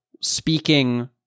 speaking